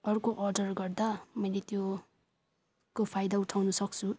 अर्को अर्डर गर्दा मैले त्यो को फाइदा उठाउन सक्छु